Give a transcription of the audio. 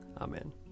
Amen